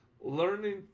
learning